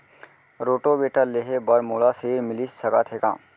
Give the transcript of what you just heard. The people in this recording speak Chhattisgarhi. रोटोवेटर लेहे बर मोला ऋण मिलिस सकत हे का?